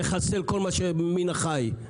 לחסל כל מה שמן החי.